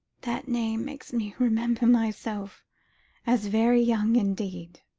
that name makes me remember myself as very young indeed,